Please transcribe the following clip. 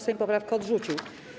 Sejm poprawkę odrzucił.